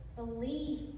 Believe